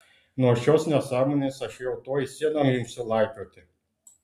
nuo šios nesąmonės aš jau tuoj sienom imsiu laipioti